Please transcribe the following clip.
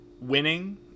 winning